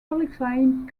qualifying